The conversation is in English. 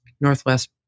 Northwest